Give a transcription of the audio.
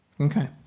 Okay